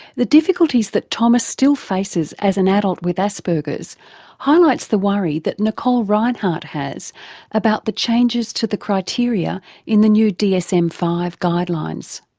the difficulties that thomas still faces as an adult with asperger's highlights the worry that nicole rinehart has about the changes to the criteria in the new dsm v guidelines.